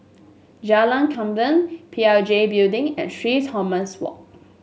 Jalan P L G Building and Thomas Walk